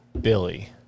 Billy